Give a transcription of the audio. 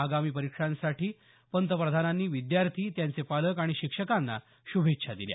आगामी परीक्षांसाठी पंतप्रधानांनी विद्यार्थी त्यांचे पालक आणि शिक्षकांना श्भेच्छा दिल्या